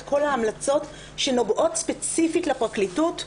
כל ההמלצות שנוגעות ספציפית לפרקליטות.